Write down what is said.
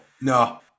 No